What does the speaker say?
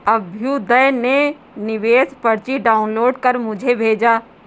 अभ्युदय ने निवेश पर्ची डाउनलोड कर मुझें भेजा